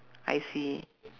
I see